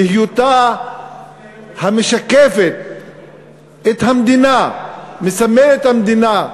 בהיותה משקפת את המדינה, מסמלת את המדינה,